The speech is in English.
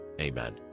Amen